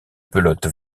pelote